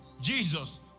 Jesus